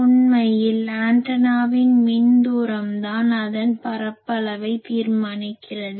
உண்மையில் ஆண்டனாவின் மின் தூரம்தான் அதன் பரப்பளவை தீர்மானிக்கிறது